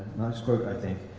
nice quote, i think.